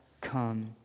Come